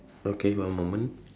okay one moment